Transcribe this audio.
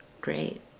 great